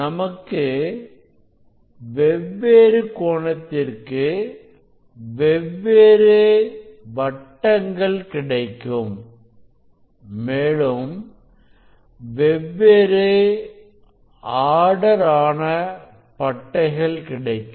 நமக்கு வெவ்வேறு கோணத்திற்கு வெவ்வேறு வட்டங்கள் கிடைக்கும் மேலும் வெவ்வேறு ஆர்டர் ஆன பட்டைகள் கிடைக்கும்